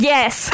Yes